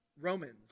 Romans